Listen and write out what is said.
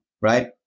right